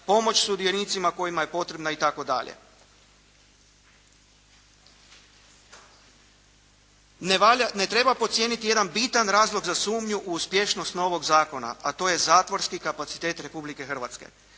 pomoć sudionicima kojima je potrebna itd. Ne treba podcijeniti jedan bitan razlog za sumnju u uspješnost novog zakona, a to je zatvorski kapacitet Republike Hrvatske.